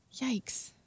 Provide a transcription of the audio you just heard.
Yikes